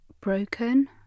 broken